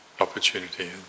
opportunity